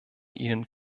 ihnen